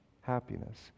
happiness